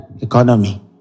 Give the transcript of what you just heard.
economy